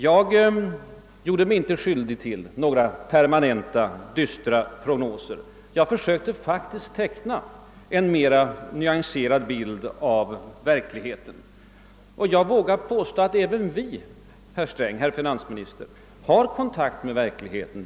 Jag gjorde mig inte skyldig till »några permanenta, dystra prognoser»; jag försökte faktiskt ge en nyanserad bild av verkligheten. Jag vågar påstå att även vi, herr finansminister, har kontakt med verkligheten.